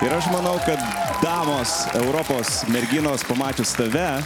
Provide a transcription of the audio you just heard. ir aš manau kad damos europos merginos pamačius tave